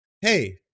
hey